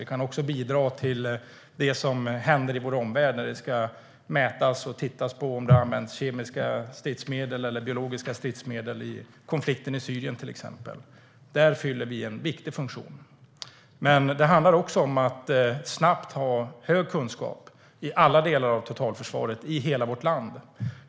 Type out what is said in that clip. Vi kan också bidra till det som händer i vår omvärld, även när det ska mätas och tittas på om kemiska eller biologiska stridsmedel har använts till exempel i konflikten i Syrien. Där fyller vi en viktig funktion. Men det handlar också om att snabbt ha stor kunskap i alla delar av totalförsvaret i hela vårt land.